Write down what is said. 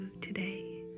today